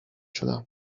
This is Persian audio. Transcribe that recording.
شدم